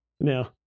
now